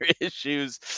issues